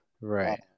Right